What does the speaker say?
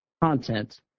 content